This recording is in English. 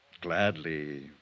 gladly